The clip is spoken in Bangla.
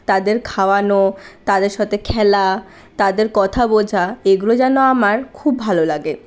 তাদের খাওয়ানো তাদের সাথে খেলা তাদের কথা বোঝা এগুলো যেন আমার খুব ভালো লাগে